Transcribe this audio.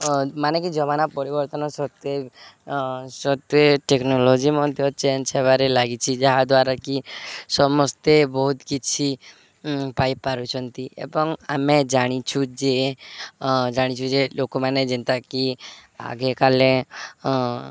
ମାନେକି ଜମାନା ପରିବର୍ତ୍ତନ ସତ୍ତ୍ୱେ ସତ୍ତ୍ୱେ ଟେକ୍ନୋଲୋଜି ମଧ୍ୟ ଚେଞ୍ଜ ହେବାରେ ଲାଗିଚି ଯାହାଦ୍ୱାରା କି ସମସ୍ତେ ବହୁତ କିଛି ପାଇପାରୁଛନ୍ତି ଏବଂ ଆମେ ଜାଣିଛୁ ଯେ ଜାଣିଛୁ ଯେ ଲୋକମାନେ ଯେନ୍ତାକି ଆଗେକାଲେ